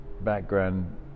background